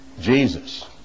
Jesus